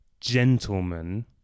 gentlemen